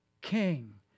king